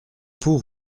pour